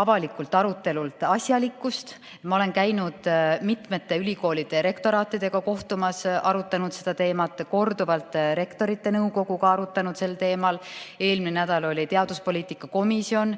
avalikult arutelult asjalikkust. Ma olen käinud mitmete ülikoolide rektoraatidega kohtumas ja arutanud seda teemat, olen korduvalt ka Rektorite Nõukoguga arutanud. Eelmine nädal kogunes teaduspoliitika komisjon,